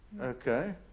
Okay